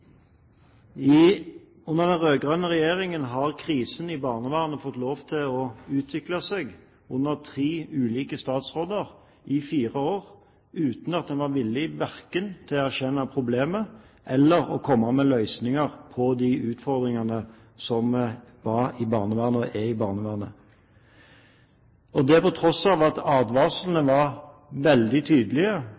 Under den rød-grønne regjeringen har krisen i barnevernet fått lov til å utvikle seg under tre ulike statsråder i fire år, uten at en har vært villig til verken å erkjenne problemet eller å komme med løsninger på de utfordringene som var og er i barnevernet, og det på tross av at advarslene